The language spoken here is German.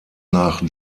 nach